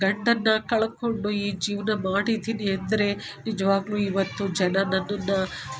ಗಂಡನ್ನ ಕಳ್ಕೊಂಡು ಈ ಜೀವನ ಮಾಡಿದ್ದೀನಿ ಅಂದರೆ ನಿಜವಾಗ್ಲೂಇವತ್ತು ಜನ ನನ್ನನ್ನ